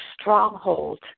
stronghold